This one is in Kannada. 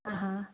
ಹಾಂ ಹಾಂ